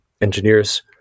engineers